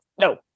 no